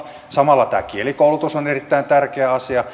samalla tämä kielikoulutus on erittäin tärkeä asia